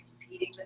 competing